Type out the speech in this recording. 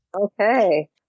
Okay